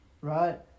right